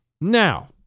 Now